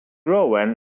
rouen